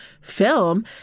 film